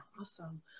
awesome